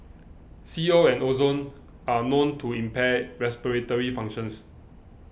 C O and ozone are known to impair respiratory functions